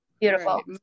Beautiful